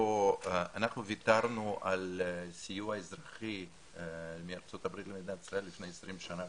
אנחנו ויתרנו על סיוע אזרחי מארצות הברית למדינת ישראל לפני 20 שנה,